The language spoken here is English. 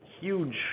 huge